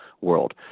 world